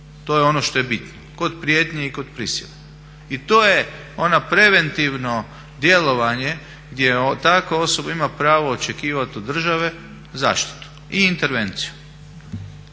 To je ono što je bitno kod prijetnje i kod prisile. I to je ona preventivno djelovanje gdje takva osoba ima pravo očekivati od države zaštitu i intervenciju.